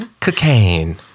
Cocaine